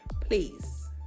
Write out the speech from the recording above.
Please